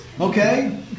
Okay